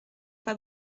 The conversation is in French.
pas